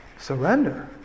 surrender